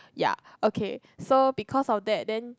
ya okay so because of that then